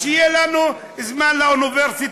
ושלא יהיה לנו זמן לאוניברסיטאות,